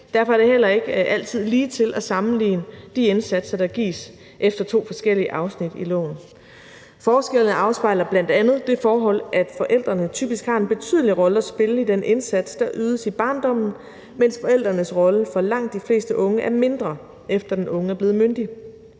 Derfor er det heller ikke altid lige til at sammenligne de indsatser, der gives, efter to forskellige afsnit i loven. Forskellene afspejler bl.a. det forhold, at forældrene typisk har en betydelig rolle at spille i den indsats, der ydes i barndommen, mens forældrenes rolle for langt de fleste unge er mindre, efter at den unge er blevet myndig.